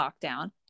lockdown